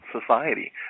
society